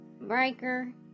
Breaker